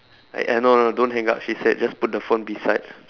right eh no no no don't hang up she said just put the phone beside